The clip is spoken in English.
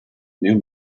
new